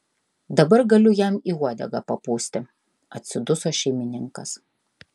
dabar galiu jam į uodegą papūsti atsiduso šeimininkas